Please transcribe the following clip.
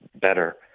better